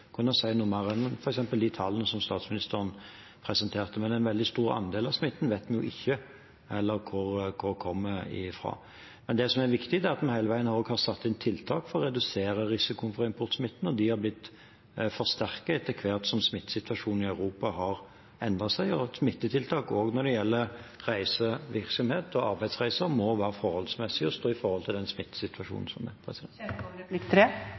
kunne si noe mer om det enn f.eks. de tallene statsministeren presenterte. En veldig stor andel av smitten vet vi ikke hvor kommer fra. Det som er viktig, er at vi hele veien har satt inn tiltak for å redusere risikoen for importsmitte, og de har blitt forsterket etter hvert som smittesituasjonen i Europa har endret seg. Smittetiltak også når det gjelder reisevirksomhet og arbeidsreiser, må være forholdsmessige og stå i forhold til den smittesituasjonen som er. Polen er et land det